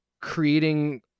creating